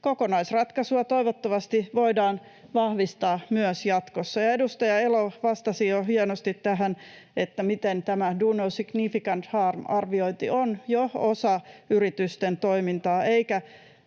Kokonaisratkaisua toivottavasti voidaan vahvistaa myös jatkossa. Edustaja Elo vastasi jo hienosti tähän, miten tämä do no significant harm ‑arviointi on jo osa yritysten toimintaa